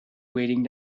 waiting